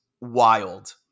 Wild